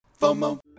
FOMO